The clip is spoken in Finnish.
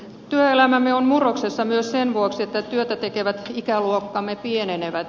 työelämämme on murroksessa myös sen vuoksi että työtä tekevät ikäluokkamme pienenevät